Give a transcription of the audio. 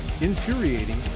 infuriating